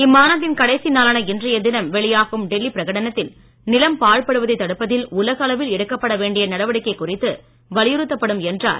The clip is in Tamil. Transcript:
இம்மாநாட்டின் கடைசி நாளான இன்றைய தினம் மாலை அறிவிக்கப்படவுள்ள டெல்லி பிரகடனத்தில் நிலம் பாழ் படுவதைத் தடுப்பதில் உலக அளவில் எடுக்கப்பட வேண்டிய நடவடிக்கை குறித்து வலியுறுத்தப்படும் என்றார்